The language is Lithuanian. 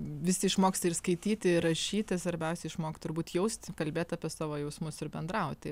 visi išmoksta ir skaityti ir rašyti svarbiausia išmokti turbūt jausti kalbėt apie savo jausmus ir bendrauti